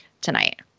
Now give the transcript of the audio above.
tonight